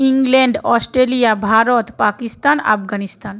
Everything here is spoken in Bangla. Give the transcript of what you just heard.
England Australia Bharat Pakistan Afghanistan